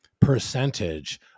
percentage